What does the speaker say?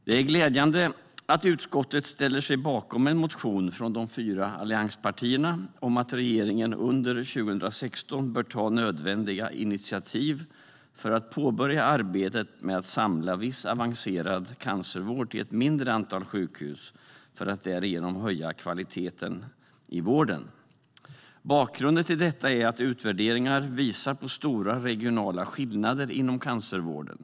Det är glädjande att utskottet ställer sig bakom en motion från de fyra allianspartierna om att regeringen under 2016 bör ta nödvändiga initiativ till att påbörja arbetet med att samla viss avancerad cancervård till ett mindre antal sjukhus för att därigenom höja kvaliteten i vården. Bakgrunden till detta är att utvärderingar visar på stora regionala skillnader inom cancervården.